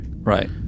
Right